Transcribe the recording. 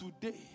today